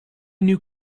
new